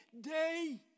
day